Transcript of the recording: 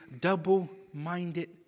double-minded